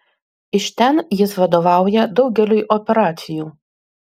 iš ten jis vadovauja daugeliui operacijų